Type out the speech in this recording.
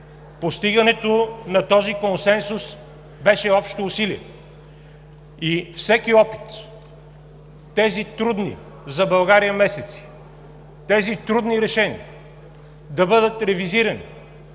Постигането на този консенсус беше общо усилие и всеки опит тези трудни за България месеци, тези трудни решения да бъдат ревизирани